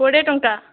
କୋଡ଼ିଏ ଟଙ୍କା